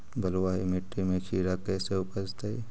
बालुसाहि मट्टी में खिरा कैसे उपजतै?